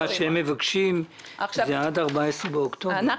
הם מבקשים הארכה עד ה-14 באוקטובר - תשעה חודשים.